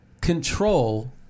control